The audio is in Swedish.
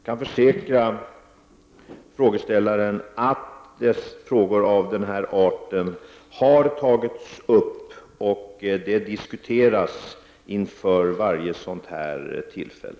Herr talman! Jag kan försäkra frågeställaren att frågor av denna art har tagits upp, och de diskuteras inför varje sådant tillfälle.